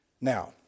now